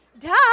Duh